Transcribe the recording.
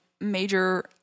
major